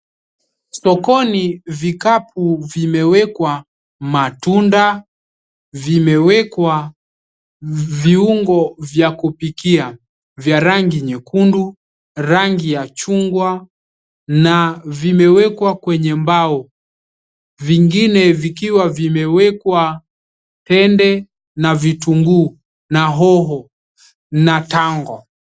Sokoni vikapu vimeekwa matunda, vimeekwa viungo vya kupikia vya rangi nyekundu, rangi ya chungwa na vimewekwa kwenye mbao vingine vikiwa vimewekwa pende, na vitungu na hoho na tango.